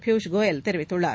பியூஷ் கோயல் தெரிவித்துள்ளார்